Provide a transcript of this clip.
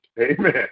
Amen